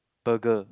burger